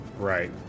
Right